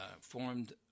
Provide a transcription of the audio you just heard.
formed